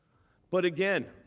but again,